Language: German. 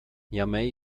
niamey